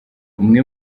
umwe